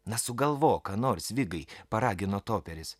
na sugalvok ką nors vigai paragino toperis